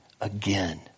again